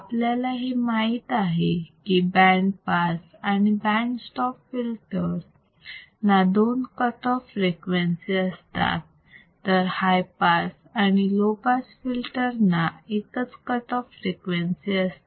आपल्याला हे माहित आहे की बँड पास आणि बँड स्टॉप फिल्टर्स ना दोन कट ऑफ फ्रिक्वेन्सी असतात तर हाय पास आणि लो पास फिल्टर ना एकच कट ऑफ फ्रिक्वेन्सी असते